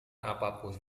apapun